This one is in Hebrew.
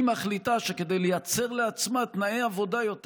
היא מחליטה שכדי לייצר לעצמה תנאי עבודה יותר